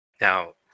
Now